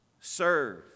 Serve